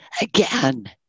again